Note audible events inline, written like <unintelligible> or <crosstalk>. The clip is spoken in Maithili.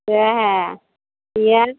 ओएह <unintelligible>